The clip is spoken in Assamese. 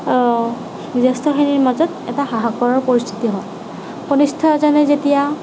জ্যেষ্ঠখিনিৰ মাজত এটা হাহাকাৰৰ পৰিস্থিতি হয় কনিষ্ঠ এজনে যেতিয়া